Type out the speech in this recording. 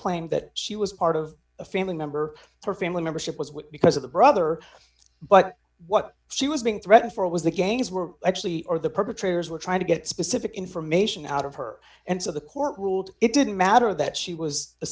claimed that she was part of a family member her family membership was because of the brother but what she was being threatened for was that gangs were actually or the perpetrators were trying to get specific information out of her and so the court ruled it didn't matter that she was a